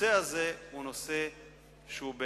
הנושא הזה חיוני בעיני.